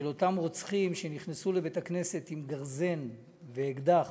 של אותם רוצחים שנכנסו לבית-הכנסת עם גרזן ואקדח,